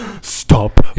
Stop